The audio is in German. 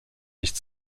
nicht